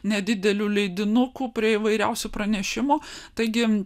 nedidelių leidinukų prie įvairiausių pranešimų taigi